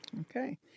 Okay